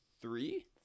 three